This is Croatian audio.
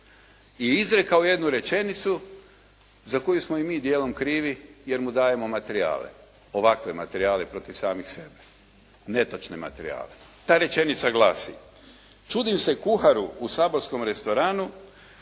i izrekao je jednu rečenicu za koju smo i mi dijelom krivi jer mu dajemo materijale, ovakve materijale protiv samih sebe, netočne materijale. Ta rečenica glasi: “Čudim se kuharu u saborskom restoranu